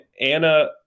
anna